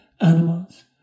animals